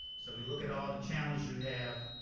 so we look at all the challenges we have,